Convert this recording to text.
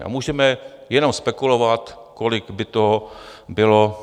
A můžeme jenom spekulovat, kolik by to bylo.